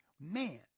Man